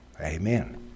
amen